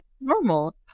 normal